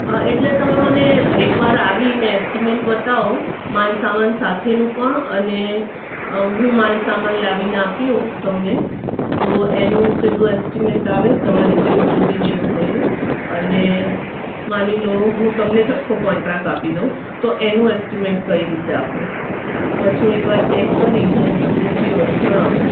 અ એટલે તમે મને એકવાર આવીને એસ્ટીમેન્ટ બતાવો માલસામાન સાથેનું પણ અને હું માલસામાન લાવીને આપતી હોઉં તમને તો એનું કેટલું એસ્ટીમેન્ટ આવે તમારી જે મજૂરીને એ હોય એ અને માની લો હું તમને જ આખો કોન્ટ્રાક્ટ આપી દઉં તો એનું એસ્ટીમેન્ટ કઈ રીતે આપો તો પછી એકવાર હું ચેક કરીને તમને જે હોય એ જણાવું